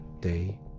day